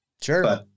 Sure